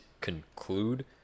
conclude